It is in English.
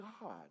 God